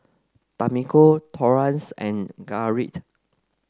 Tamiko Torrance and Garrett